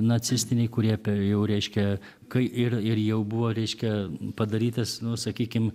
nacistiniai kurie per jau reiškia kai ir ir jau buvo reiškia padarytas nu sakykim